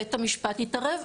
בית המשפט יתערב,